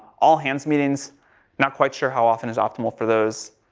all hands meetings not quite sure how often is optimal for those,